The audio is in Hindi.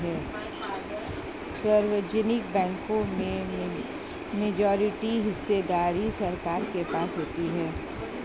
सार्वजनिक बैंकों में मेजॉरिटी हिस्सेदारी सरकार के पास होती है